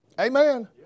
Amen